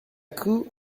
coup